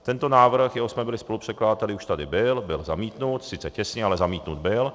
Tento návrh, jehož jsme byli spolupředkladateli, už tady byl, byl zamítnut, sice těsně, ale zamítnut byl.